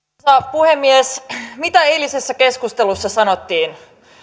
puhemies mitä eilisessä keskustelussa sanottiin